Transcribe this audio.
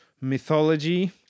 mythology